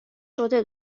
شده